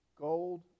Gold